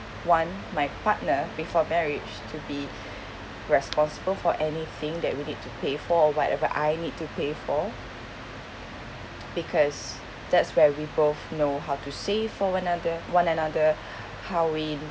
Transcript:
want my partner before marriage to be responsible for anything that we need to pay for whatever I need to pay for because that's where we both know how to save for another one another how we'd